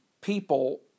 people